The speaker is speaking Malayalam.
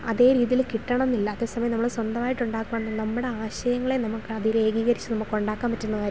അതേ രീതിയിൽ കിട്ടണം എന്നില്ല അതേ സമയം നമ്മൾ സ്വന്തമായിട്ട് ഉണ്ടാക്കുകയാണെന്നുണ്ടെങ്കിൽ നമ്മുടെ ആശയങ്ങളെ നമുക്ക് അതിലേക്ക് ഏകീകരിച്ചു നമുക്ക് ഉണ്ടാക്കാൻ പറ്റുന്ന കാര്യവുമാണ്